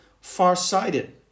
Farsighted